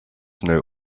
know